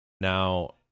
Now